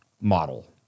model